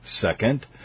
Second